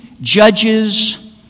judges